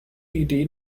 idee